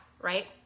right